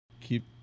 keep